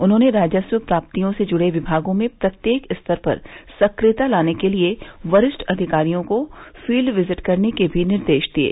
उन्होंने राजस्व प्राप्तियों से जुड़े विभागों में प्रत्येक स्तर पर सक्रियता लाने के लिए वरिष्ठ अधिकारियों को फील्ड विजिट करने के भी निर्देश दिये